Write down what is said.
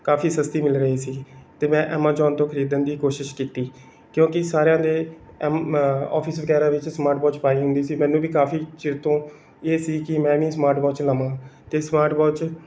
ਕਾਫ਼ੀ ਸਸਤੀ ਮਿਲ ਰਹੀ ਸੀ ਅਤੇ ਮੈਂ ਐਮਾਜੋਨ ਤੋਂ ਖਰੀਦਣ ਦੀ ਕੋਸ਼ਿਸ਼ ਕੀਤੀ ਕਿਉਂਕਿ ਸਾਰਿਆਂ ਦੇ ਐਮ ਓਫਿਸ ਵਗੈਰਾ ਵਿੱਚ ਸਮਾਟ ਵੋਚ ਪਾਈ ਹੁੰਦੀ ਸੀ ਮੈਨੂੰ ਵੀ ਕਾਫ਼ੀ ਚਿਰ ਤੋਂ ਇਹ ਸੀ ਕਿ ਮੈਂ ਵੀ ਸਮਾਟ ਵੋਚ ਲਵਾਂ ਅਤੇ ਸਮਾਟ ਵੋਚ